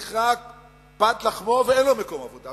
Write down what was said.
שנכרתה פת לחמו ואין לו מקום עבודה.